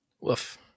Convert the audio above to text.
Woof